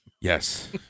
Yes